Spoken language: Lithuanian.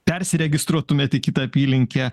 persiregistruotumėt į kitą apylinkę